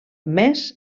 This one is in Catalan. més